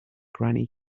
granny